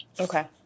Okay